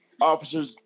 officers